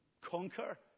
conquer